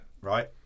Right